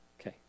Okay